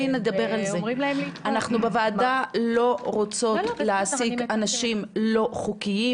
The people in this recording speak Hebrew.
אנחנו בוועדה לא רוצות להעסיק אנשים לא חוקיים.